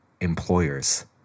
employers